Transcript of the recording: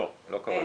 לא, לא כרגע.